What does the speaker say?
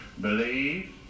believe